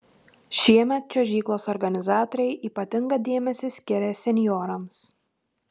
šiemet čiuožyklos organizatoriai ypatingą dėmesį skiria senjorams